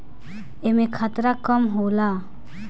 एमे खतरा कम होला